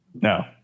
No